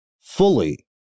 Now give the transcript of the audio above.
fully